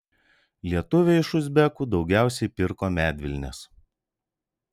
lietuviai iš uzbekų daugiausiai pirko medvilnės